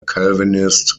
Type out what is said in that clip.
calvinist